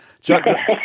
Chuck